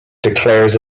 declares